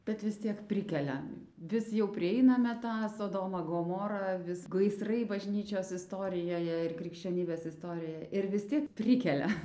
bet vis tiek prikelia vis jau prieiname tą sodomą gomorą vis gaisrai bažnyčios istorijoje ir krikščionybės istorijoje ir vis tiek prikelia